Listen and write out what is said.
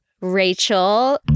Rachel